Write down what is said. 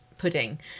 Pudding